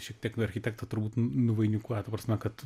šiek tiek architektą turbūt nuvainikuoja ta prasme kad